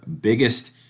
biggest